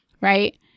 right